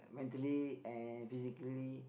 mentally and physically